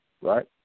right